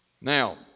Now